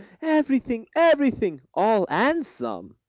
everything, everything, all and some.